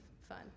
fun